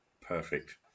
perfect